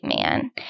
man